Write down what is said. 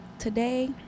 Today